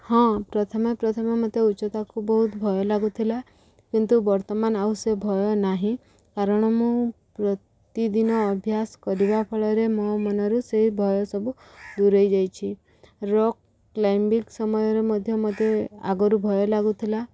ହଁ ପ୍ରଥମେ ପ୍ରଥମେ ମୋତେ ଉଚ୍ଚତାକୁ ବହୁତ ଭୟ ଲାଗୁଥିଲା କିନ୍ତୁ ବର୍ତ୍ତମାନ ଆଉ ସେ ଭୟ ନାହିଁ କାରଣ ମୁଁ ପ୍ରତିଦିନ ଅଭ୍ୟାସ କରିବା ଫଳରେ ମୋ ମନରୁ ସେଇ ଭୟ ସବୁ ଦୂରେଇ ଯାଇଛି ରକ୍ କ୍ଲାଇମ୍ବିଙ୍ଗ ସମୟରେ ମଧ୍ୟ ମୋତେ ଆଗରୁ ଭୟ ଲାଗୁଥିଲା